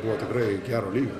buvo tikrai gero lygio